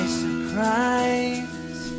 surprise